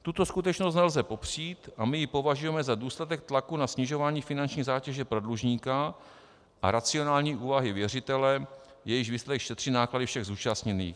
Tuto skutečnost nelze popřít a my ji považujeme za důsledek tlaku na snižování finanční zátěže pro dlužníka a racionální úvahy věřitele, jejíž výsledek šetří náklady všech zúčastněných.